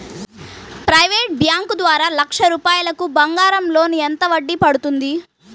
Private bank ద్వారా లక్ష రూపాయలు బంగారం లోన్ ఎంత వడ్డీ పడుతుంది?